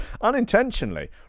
unintentionally